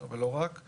אבל לא רק.